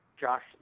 Josh